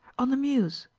on the mews,